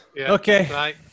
Okay